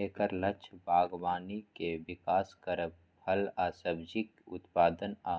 एकर लक्ष्य बागबानी के विकास करब, फल आ सब्जीक उत्पादन आ